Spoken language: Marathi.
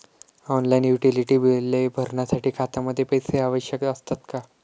ऑनलाइन युटिलिटी बिले भरण्यासाठी खात्यामध्ये पैसे आवश्यक असतात का?